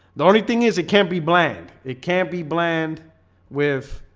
the only thing is it can't be bland it. can't be bland with